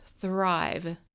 thrive